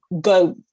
go